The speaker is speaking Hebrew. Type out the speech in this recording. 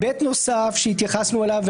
היבט נוסף שהתייחסנו אליו,